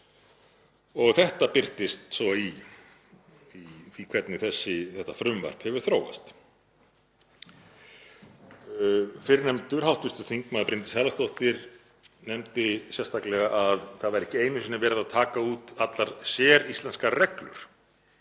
Þetta birtist svo í því hvernig þetta frumvarp hefur þróast. Fyrrnefndur hv. þm. Bryndís Haraldsdóttir nefndi sérstaklega að það væri ekki einu sinni verið að taka út allar séríslenskar reglur